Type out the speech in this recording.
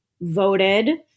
voted